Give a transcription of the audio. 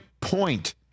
point